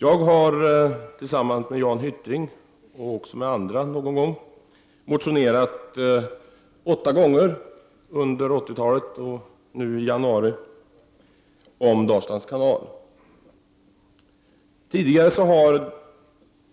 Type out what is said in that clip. Jag har tillsammans med Jan Hyttring, och också någon gång tillsammans med andra, sammanlagt åtta gånger under 80-talet motionerat om Dalslands kanal. Tidigare har